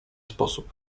sposób